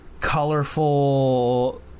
colorful